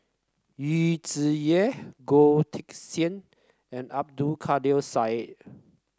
Yu Zhuye Goh Teck Sian and Abdul Kadir Syed